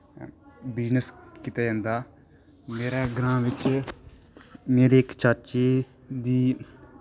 business कीता जंदा मेरै ग्रां बिच्च मेरे इक चाचे दी